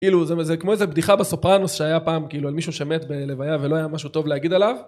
כאילו זה כמו איזה בדיחה בסופרנוס שהיה פעם כאילו על מישהו שמת בלוויה ולא היה משהו טוב להגיד עליו